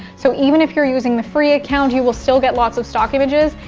so even if you're using the free account you will still get lots of stock images.